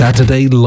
Saturday